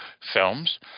films